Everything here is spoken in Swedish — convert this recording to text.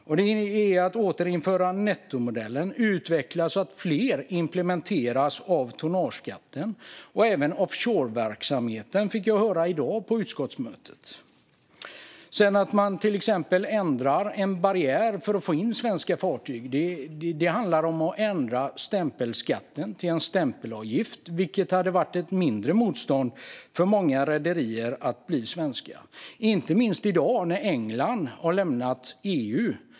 Det handlar om att återinföra nettomodellen och utveckla så att fler berörs av implementering av tonnageskatten - även offshoreverksamheten, fick jag höra i dag på utskottsmötet. Sedan gäller det till exempel att ändra en barriär för att få in svenska fartyg genom att ändra stämpelskatten till en stämpelavgift, vilket hade inneburit ett mindre motstånd mot att bli svenskt för många rederier. Det gäller inte minst nu när England har lämnat EU.